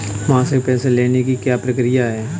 मासिक पेंशन लेने की क्या प्रक्रिया है?